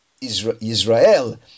Israel